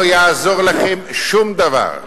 לא יעזור לכם שום דבר.